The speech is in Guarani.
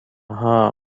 ha